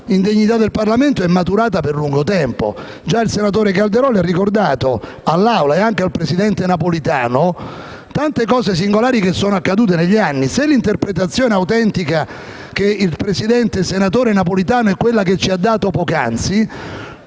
l'indegnità del Parlamento è maturata per lungo tempo. Già il senatore Calderoli ha ricordato all'Assemblea e anche al presidente Napolitano tante cose singolari che sono accadute negli anni. Se l'interpretazione autentica del senatore e presidente Napolitano è quella che ci ha dato poc'anzi,